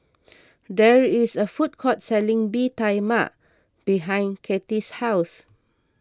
there is a food court selling Bee Tai Mak behind Katy's house